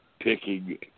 picking